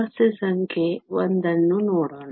ಸಮಸ್ಯೆ ಸಂಖ್ಯೆ 1 ಅನ್ನು ನೋಡೋಣ